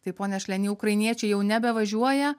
tai ponia šlenį ukrainiečiai jau nebevažiuoja